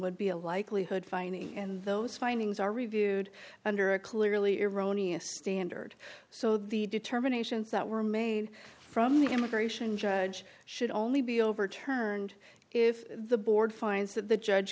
would be a likelihood finding and those findings are reviewed under a clearly erroneous standard so the determinations that were made from the immigration judge should only be overturned if the board finds that the judge